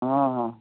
ହଁ ହଁ